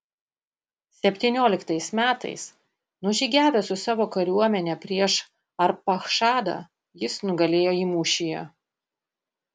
septynioliktais metais nužygiavęs su savo kariuomene prieš arpachšadą jis nugalėjo jį mūšyje